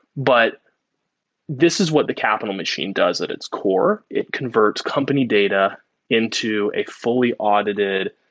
but this is what the capital machine does at its core. it converts company data into a fully audited,